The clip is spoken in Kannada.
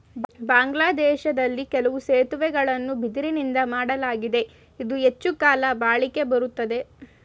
ಬಾಂಗ್ಲಾದೇಶ್ದಲ್ಲಿ ಕೆಲವು ಸೇತುವೆಗಳನ್ನ ಬಿದಿರುನಿಂದಾ ಮಾಡ್ಲಾಗಿದೆ ಇದು ಹೆಚ್ಚುಕಾಲ ಬಾಳಿಕೆ ಬರ್ತದೆ